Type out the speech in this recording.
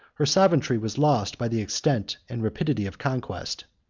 her sovereignty was lost by the extent and rapidity of conquest.